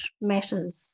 matters